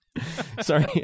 Sorry